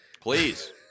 Please